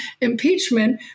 impeachment